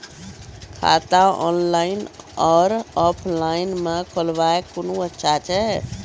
खाता ऑनलाइन और ऑफलाइन म खोलवाय कुन अच्छा छै?